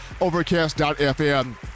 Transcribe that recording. Overcast.fm